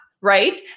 right